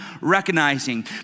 recognizing